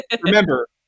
Remember